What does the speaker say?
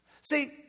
See